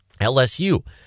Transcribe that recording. LSU